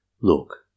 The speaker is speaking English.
Look